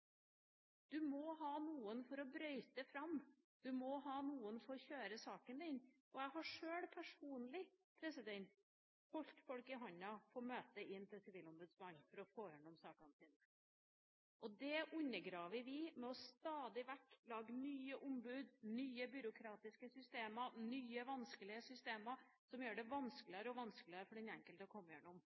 Du må ha noen som brøyter fram – noen som kjører saken din. Jeg har personlig sjøl holdt folk i hånden inn til møtet med sivilombudsmannen for å få gjennom saken sin. Det undergraver vi ved stadig vekk å lage nye ombud, nye byråkratiske systemer, nye vanskelige systemer som gjør det vanskeligere og vanskeligere for den enkelte å komme